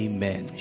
Amen